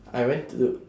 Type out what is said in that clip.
I went to